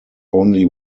only